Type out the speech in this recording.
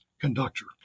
conductor